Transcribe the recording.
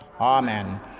Amen